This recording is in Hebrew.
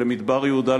למדבר יהודה,